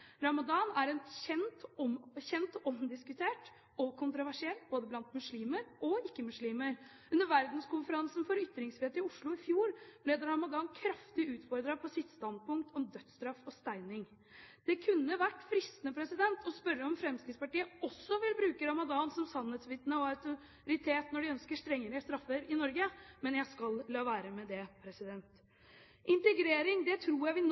Ramadan er kjent, omdiskutert og kontroversiell, både blant muslimer og ikke-muslimer. Under Verdenskonferansen for ytringsfrihet i Oslo i fjor ble Ramadan kraftig utfordret på sitt standpunkt om dødsstraff og steining. Det kunne vært fristende å spørre om Fremskrittspartiet også vil bruke Ramadan som sannhetsvitne og autoritet, når de ønsker strengere straffer i Norge. Men jeg skal la være med det. Integrering tror jeg vi